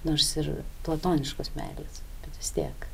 nors ir platoniškos meilės bet vis tiek